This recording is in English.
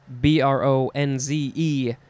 B-R-O-N-Z-E